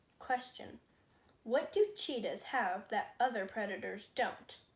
question what do cheetahs have that other predators don't